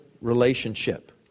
relationship